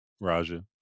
Raja